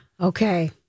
Okay